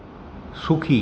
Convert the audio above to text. সুখী